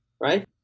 right